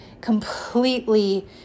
completely